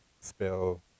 spell